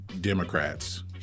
Democrats